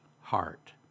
heart